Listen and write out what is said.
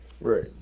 Right